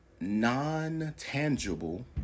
non-tangible